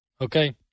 okay